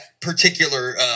particular